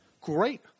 Great